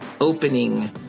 opening